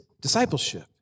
discipleship